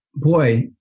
Boy